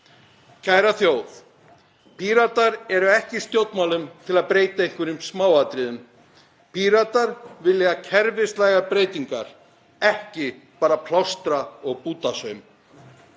Kæra þjóð. Píratar eru ekki í stjórnmálum til að breyta einhverjum smáatriðum. Píratar vilja kerfislægar breytingar, ekki bara plástra og bútasaum.